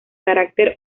carácter